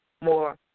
more